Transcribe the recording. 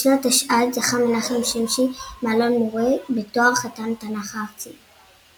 בשנת תשע"ד זכה מנחם שמשי מאלון מורה בתואר חתן התנ"ך הארצי.